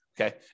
Okay